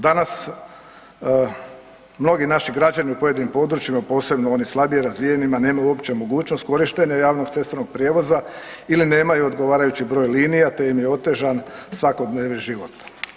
Danas mnogi naši građani u pojedinim područjima, posebno u onim slabije razvijenijima, nemaju uopće mogućnost korištenja javnog cestovnog prijevoza ili nemaju odgovarajući broj linija, te im je otežan svakodnevni život.